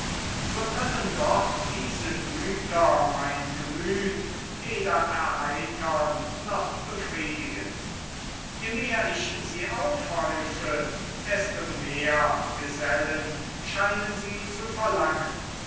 so können doch diese güter mein gemüt weder erheitern noch befriedigen je mehr ich sie aufhäufe desto mehr gesellen scheinen sie zu verlangen